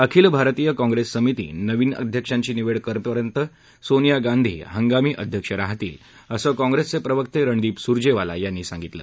अखिल भारतीय काँग्रेस समिती नविन अध्यक्षांची निवड करेपर्यंत सोनिया गांधी हंगामी अध्यक्ष राहतील असं काँप्रेसचे प्रवक्ते रणदीप सूजेवाला यांनी सांगितलं